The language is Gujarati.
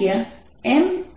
છીએ